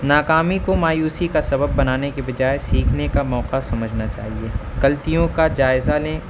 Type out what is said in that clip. ناکامی کو مایوسی کا سبب بنانے کے بجائے سیکھنے کا موقع سمجھنا چاہیے غلطیوں کا جائزہ لیں